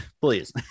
please